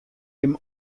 jim